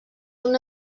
una